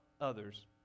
others